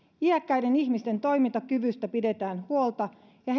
iäkkäiden ihmisten toimintakyvystä pidetään huolta ja